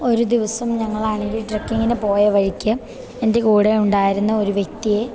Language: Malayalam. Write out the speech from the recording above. ഒരു ദിവസം ഞങ്ങളാണെങ്കിൽ ട്രക്കിങ്ങിന് പോയ വഴിക്ക് എൻ്റെ കൂടെ ഉണ്ടായിരുന്ന ഒരു വ്യക്തിയെ